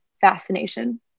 fascination